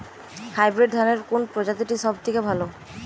Hybrid ধানের কোন প্রজীতিটি সবথেকে ভালো?